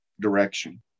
direction